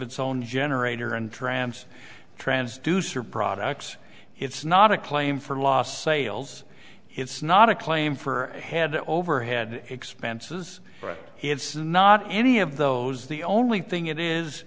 it's own generator and trans transducer products it's not a claim for lost sales it's not a claim for had overhead expenses but he had says not any of those the only thing it is